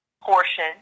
portion